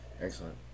Excellent